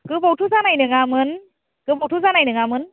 गोबावथ' जानाय नङामोन गोबावथ' जानाय नङामोन